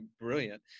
brilliant